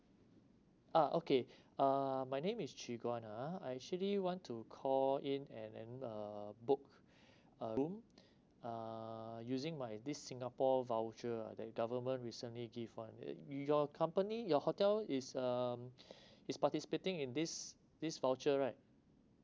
ah okay uh my name is gigon ah I actually want to call in and and uh book a room uh using my this singapore voucher that government recently give one y'all company your hotel is um is participating in this this voucher right